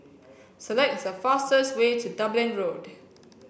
select the fastest way to Dublin Road